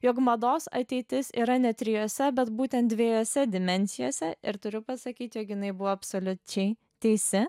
jog mados ateitis yra ne trijose bet būtent dvejose dimensijose ir turiu pasakyti jog jinai buvo absoliučiai teisi